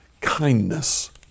kindness